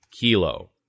Kilo